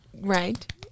right